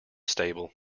stable